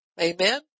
Amen